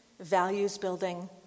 values-building